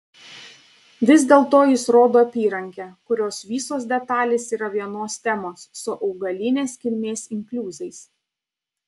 vis dėlto jis rodo apyrankę kurios visos detalės yra vienos temos su augalinės kilmės inkliuzais